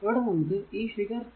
ഇവിടെ നമുക്ക് ഈ ഫിഗർ 2